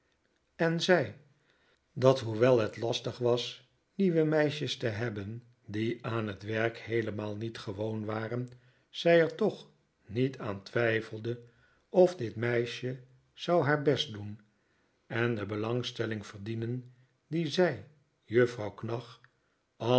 en zei dat hoewel het lastig was nieuwe meisjes te hebben die aan het werk heelemaal niet gewoon waren zij er toch niet aan twijfelde of dit meisje zou haar best doen en de belangstelling verdienen die zij